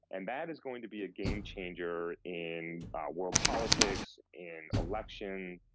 and that is going to be a game changer in world politics, in election,